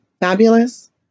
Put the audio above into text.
fabulous